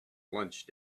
lunch